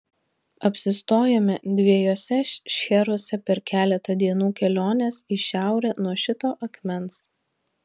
apsistojome dviejuose šcheruose per keletą dienų kelionės į šiaurę nuo šito akmens